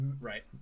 Right